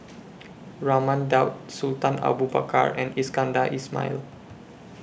Raman Daud Sultan Abu Bakar and Iskandar Ismail